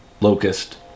Locust